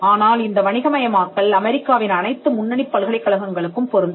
ஆனால் இந்த வணிக மயமாக்கல் அமெரிக்காவின் அனைத்து முன்னணிப் பல்கலைக்கழகங்களுக்கும் பொருந்தும்